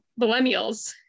millennials